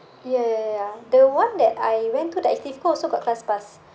ya ya ya ya the one that I went to the activ-co also got classpass